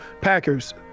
Packers